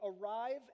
arrive